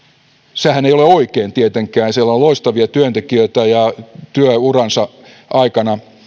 sehän ei ole oikein tietenkään siellä on loistavia työntekijöitä ja työuransa aikana